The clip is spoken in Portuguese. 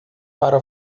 para